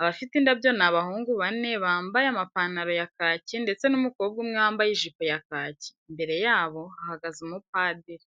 Abafite indabyo ni abahungu bane bambaye amapantaro ya kaki ndetse n'umukobwa umwe wambaye ijipo ya kaki. Imbere yabo hahagze umupadiri.